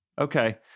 Okay